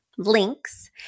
links